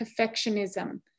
perfectionism